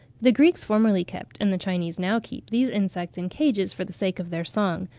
the greeks formerly kept, and the chinese now keep these insects in cages for the sake of their song,